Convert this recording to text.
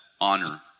honor